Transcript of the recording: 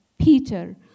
Peter